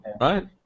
right